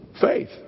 Faith